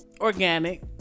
organic